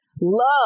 love